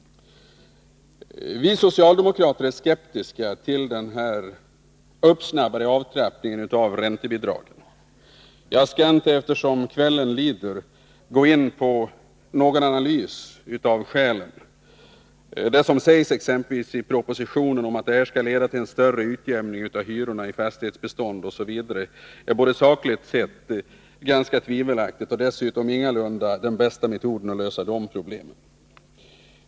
Vi socialdemokrater är skeptiska till en uppsnabbad avtrappning av räntebidragen. Eftersom kvällen lider skall jag inte göra någon analys av skälen. Det som sägs i propositionen om att avtrappningen skall leda till en större utjämning av hyrorna i fastighetsbeståndet osv. är sakligt sett ganska tvivelaktigt. Det är dessutom ingalunda den bästa metoden att lösa de problemen.